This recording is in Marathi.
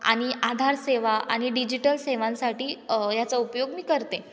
आणि आधारसेवा आणि डिजिटल सेवांसाठी याचा उपयोग मी करते